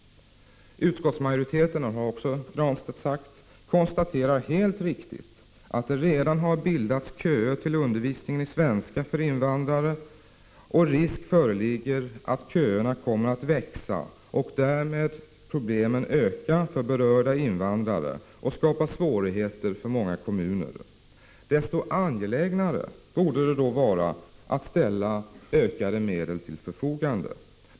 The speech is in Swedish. Utskottsmajoriteten konstaterar helt riktigt, vilket Pär Granstedt tidigare har sagt, att det redan har bildats köer till undervisningen i svenska för invandrare. Risk föreligger att köerna kommer att växa. Därmed blir problemen större för berörda invandrare, vilket skapar svårigheter för många kommuner. Desto angelägnare borde det då vara att ställa ökade medel till förfogande.